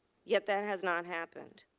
yet, that has not happened.